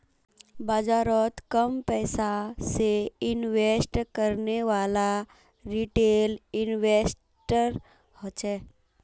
बाजारोत कम पैसा से इन्वेस्ट करनेवाला रिटेल इन्वेस्टर होछे